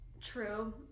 true